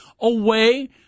away